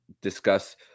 discuss